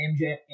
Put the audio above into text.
mj